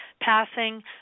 passing